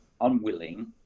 unwilling